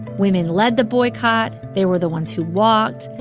women led the boycott. they were the ones who walked,